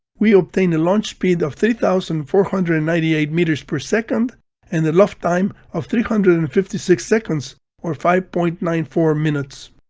we obtain a launch speed of three thousand four hundred and ninety eight meters per second and a loft time of three hundred and fifty six seconds or five point nine four minutes.